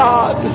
God